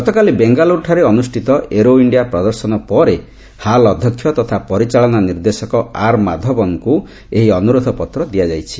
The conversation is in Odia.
ଗତକାଲି ବେଙ୍ଗାଲୁରୁଠାରେ ଅନୁଷ୍ଠିତ ଏରୋ ଇଣ୍ଡିଆ ପ୍ରଦର୍ଶନ ପରେ ହାଲ୍ ଅଧ୍ୟକ୍ଷ ତଥା ପରିଚାଳନା ନିର୍ଦ୍ଦେଶକ ଆର୍ ମାଧବନଙ୍କୁ ଏହି ଅନୁରୋଧପତ୍ର ଦିଆଯାଇଛି